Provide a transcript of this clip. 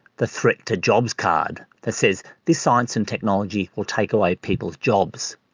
the threat to jobs card that says this science and technology will take away people's jobs,